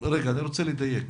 אני רוצה לדייק.